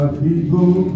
people